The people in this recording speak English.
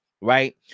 right